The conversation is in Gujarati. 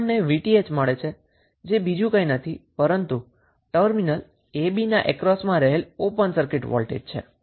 તો આપણને 𝑉𝑇ℎ મળે છે જે બીજું કંઈ નથી પરંતુ ટર્મિનલ a b ના અક્રોસમાં રહેલ ઓપન સર્કીટ વોલ્ટેજ છે